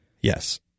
Yes